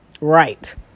Right